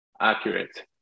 accurate